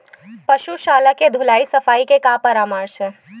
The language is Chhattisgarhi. पशु शाला के धुलाई सफाई के का परामर्श हे?